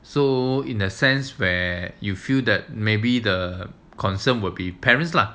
so in the sense where you feel that maybe the concern will be parents lah